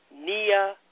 Nia